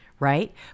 right